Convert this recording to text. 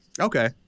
okay